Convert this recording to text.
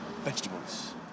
vegetables